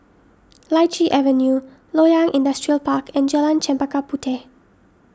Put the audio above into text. Lichi Avenue Loyang Industrial Park and Jalan Chempaka Puteh